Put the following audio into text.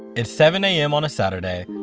it's seven a m. on a saturday.